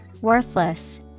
Worthless